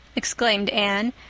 exclaimed anne.